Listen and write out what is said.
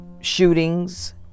Shootings